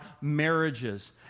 marriages